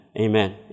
Amen